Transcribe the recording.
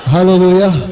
Hallelujah